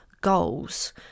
goals